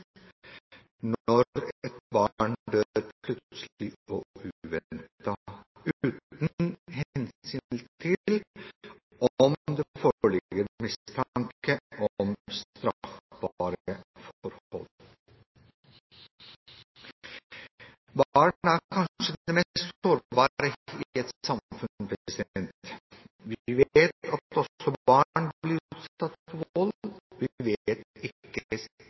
når et barn dør plutselig og uventet, uten hensyn til om det foreligger mistanke om straffbare forhold. Barn er kanskje det mest sårbare i et samfunn. Vi vet at også barn blir utsatt for vold, men vi vet ikke